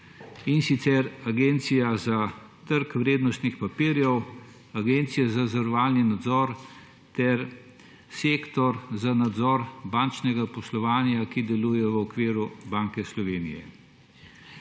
in sicer Agencija za trg vrednostnih papirjev, Agencija za zavarovalni nadzor ter sektor za nadzor bančnega poslovanja, ki deluje v okviru Banke Slovenije.